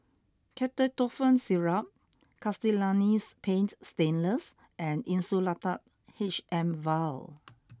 Ketotifen Syrup Castellani's Paint Stainless and Insulatard H M vial